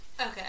Okay